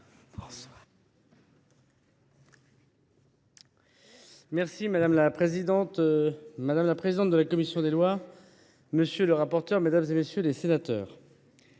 madame la présidente de la commission des lois, monsieur le rapporteur, mesdames, messieurs les sénateurs,